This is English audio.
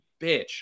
bitch